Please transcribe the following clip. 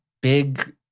big